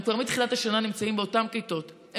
הם כבר מתחילת השנה נמצאים באותן כיתות,